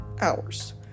hours